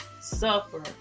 suffer